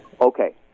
okay